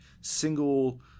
single